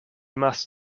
must